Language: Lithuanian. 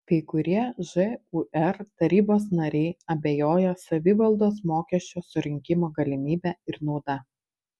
kai kurie žūr tarybos nariai abejoja savivaldos mokesčio surinkimo galimybe ir nauda